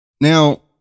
Now